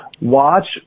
watch –